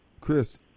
Chris